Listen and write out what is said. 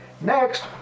Next